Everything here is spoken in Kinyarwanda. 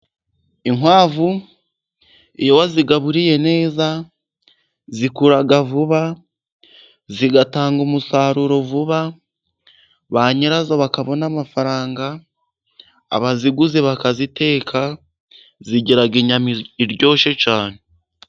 Inkwavu, iyo wazigaburiye neza zikura vuba, zigatanga umusaruro vuba, ba nyirazo bakabona amafaranga, abaziguze bakaziteka. Zigira inyama iryoshye cyane.